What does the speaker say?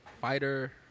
fighter